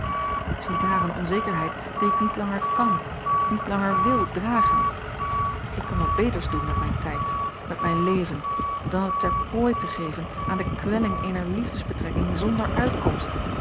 ziedaar eene onzekerheid die ik niet langer kàn niet langer wil dragen ik kan wat beters doen met mijn tijd met mijn leven dan het ter prooi te geven aan de kwelling eener liefdesbetrekking zonder uitkomst